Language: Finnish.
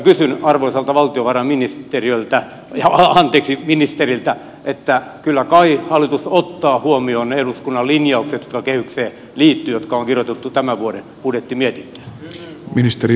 kysyn arvoisalta valtiovarainministeriltä että kyllä kai hallitus ottaa huomioon ne eduskunnan linjaukset jotka kehykseen liittyvät ja jotka on kirjoitettu tämän vuoden budjettimietintöön